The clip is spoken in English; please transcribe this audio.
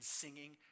singing